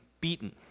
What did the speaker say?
beaten